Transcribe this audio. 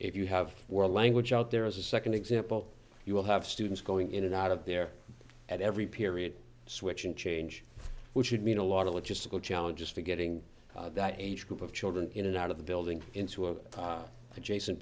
if you have world language out there as a second example you will have students going in and out of there at every period switching change which would mean a lot of logistical challenges to getting that age group of children in and out of the building into an adjacent